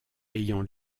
ayant